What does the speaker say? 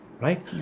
right